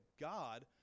God